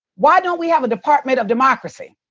why don't we have a department of democracy?